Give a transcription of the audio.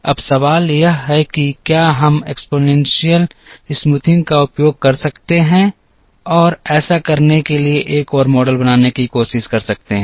अब सवाल यह है कि क्या हम घातीय चौरसाई का उपयोग कर सकते हैं और ऐसा करने के लिए एक और मॉडल बनाने की कोशिश कर सकते हैं